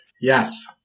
Yes